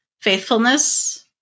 faithfulness